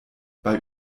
bei